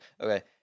Okay